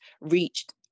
reached